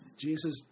Jesus